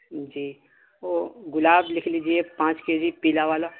جی وہ گلاب لکھ لیجیے پانچ کے جی پیلا والا